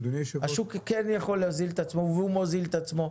השוק כן יכול להוזיל את עצמו והוא מוזיל את עצמו.